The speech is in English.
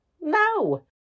No